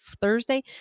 Thursday